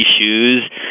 shoes